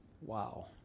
Wow